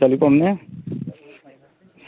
चलो कन्नै